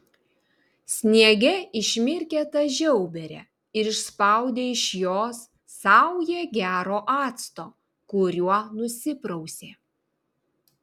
sniege išmirkė tą žiauberę ir išspaudė iš jos saują gero acto kuriuo nusiprausė